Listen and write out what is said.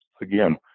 again